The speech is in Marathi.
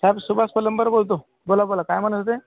साहेब सुभाष पलंबर बोलतो बोला बोला काय म्हणत होते